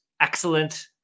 excellent